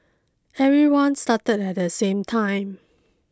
everyone started at the same time